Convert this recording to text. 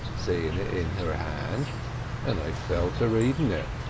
seeing it in her hand and i fell to reading it,